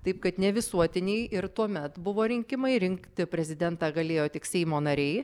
taip kad ne visuotiniai ir tuomet buvo rinkimai rinkti prezidentą galėjo tik seimo nariai